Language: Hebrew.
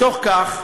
בתוך כך,